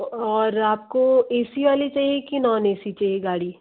और आपको A C वाली चाहिए कि नॉन ए सी चाहिए गाड़ी